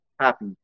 happy